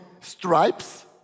stripes